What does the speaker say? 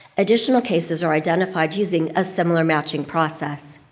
additional cases are identified using a similar matching process.